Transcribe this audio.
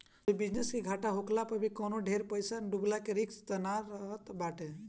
तोहरी बिजनेस के घाटा होखला पअ भी कवनो ढेर पईसा डूबला के रिस्क तअ नाइ रहत बाटे